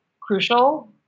crucial